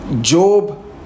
Job